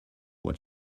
what